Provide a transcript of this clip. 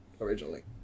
originally